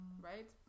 right